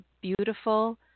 beautiful